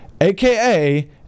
aka